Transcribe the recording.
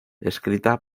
escrita